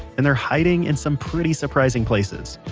and they're hiding in some pretty surprising places.